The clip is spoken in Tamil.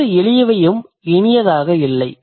ஒவ்வொரு எளியவையும் இனியது இல்லை